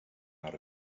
out